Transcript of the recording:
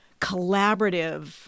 collaborative